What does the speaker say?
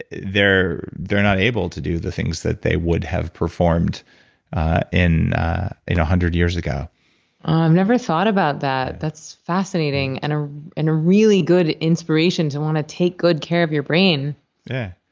they're they're not able to do the things that they would have performed one you know hundred years ago i've never thought about that. that's fascinating, and ah and a really good inspiration to want to take good care of your brain yeah.